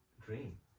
dream